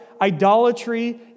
idolatry